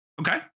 okay